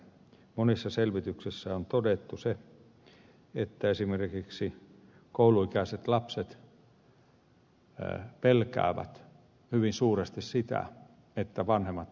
monissa selvityksissä on todettu että esimerkiksi kouluikäiset lapset pelkäävät hyvin suuresti sitä että vanhemmat eroavat